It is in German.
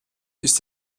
ist